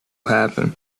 happen